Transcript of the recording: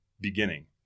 beginning